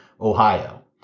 Ohio